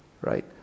Right